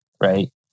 right